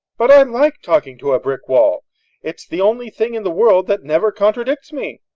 but i like talking to a brick wall it's the only thing in the world that never contradicts me!